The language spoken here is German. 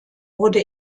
wurde